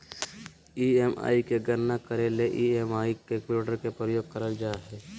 EMI के गणना करे ले ई.एम.आई कैलकुलेटर के प्रयोग करल जा हय